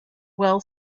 well